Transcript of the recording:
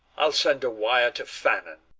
i'll send a wire to fannen.